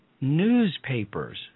newspapers